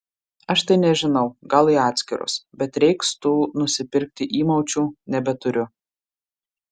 aš tai nežinau gal į atskirus bet reiks tų nusipirkti įmaučių nebeturiu